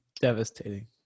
Devastating